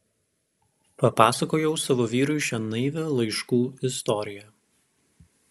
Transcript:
papasakojau savo vyrui šią naivią laiškų istoriją